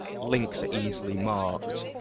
links are easily marked.